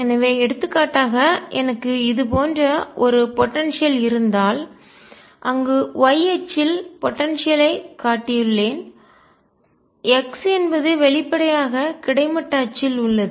எனவே எடுத்துக்காட்டாக எனக்கு இது போன்ற ஒரு போடன்சியல் ஆற்றல் இருந்தால் அங்கு y அச்சில் போடன்சியல் ஆற்றல் ஐ காட்டியுள்ளேன் x என்பது வெளிப்படையாக கிடைமட்ட அச்சில் உள்ளது